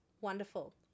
Wonderful